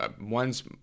one's